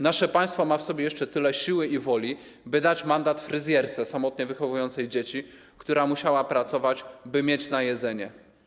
Nasze państwo ma w sobie jeszcze tyle siły i woli, by dać mandat fryzjerce samotnie wychowującej dzieci, która musiała pracować, by mieć na jedzenie.